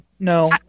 No